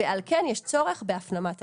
ועל כן יש צורך בהפנמת עלויות.